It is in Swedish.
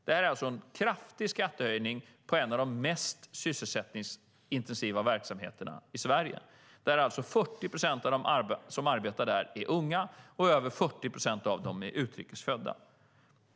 Det här är alltså en kraftig skattehöjning på en av de mest sysselsättningsintensiva verksamheterna i Sverige där 40 procent av de som arbetar där är unga och över 40 procent är utrikes födda.